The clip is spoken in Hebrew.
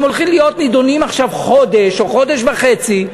הם הולכים להיות נדונים עכשיו חודש או חודש וחצי.